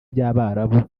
by’abarabu